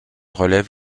relèvent